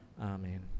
amen